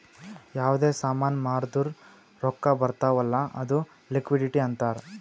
ಯಾವ್ದೇ ಸಾಮಾನ್ ಮಾರ್ದುರ್ ರೊಕ್ಕಾ ಬರ್ತಾವ್ ಅಲ್ಲ ಅದು ಲಿಕ್ವಿಡಿಟಿ ಅಂತಾರ್